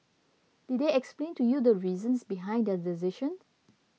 did they explain to you the reasons behind their decision